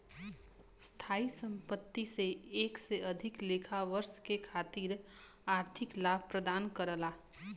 स्थायी संपत्ति से एक से अधिक लेखा वर्ष के खातिर आर्थिक लाभ प्रदान करला